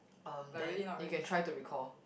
um then you can try to recall